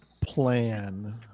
plan